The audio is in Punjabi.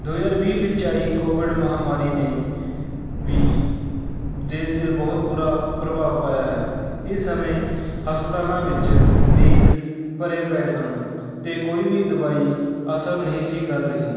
ਦੋ ਹਜ਼ਾਰ ਵੀਹ ਵਿੱਚ ਆਈ ਕੋਵਿਡ ਮਹਾਂਮਾਰੀ ਨੇ ਵੀ ਦੇਸ਼ 'ਤੇ ਬਹੁਤ ਬੁਰਾ ਪ੍ਰਭਾਵ ਪਾਇਆ ਹੈ ਇਸ ਸਮੇਂ ਹਸਪਤਾਲਾਂ ਵਿੱਚ ਮਰੀਜ਼ ਭਰੇ ਪਏ ਸਨ ਅਤੇ ਕੋਈ ਵੀ ਦਵਾਈ ਅਸਰ ਨਹੀਂ ਸੀ ਕਰ ਰਹੀ